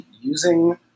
using